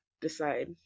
decide